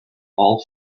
all